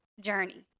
journey